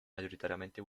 mayoritariamente